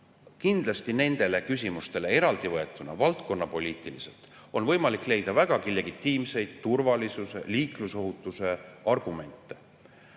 Kindlasti nendele küsimustele eraldi võetuna valdkonnapoliitiliselt on võimalik leida vägagi legitiimseid turvalisuse, liiklusohutuse argumente.